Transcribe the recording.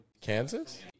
Kansas